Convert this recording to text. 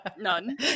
None